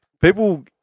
people